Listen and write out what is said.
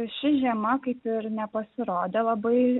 ši žiema kaip ir nepasirodė labai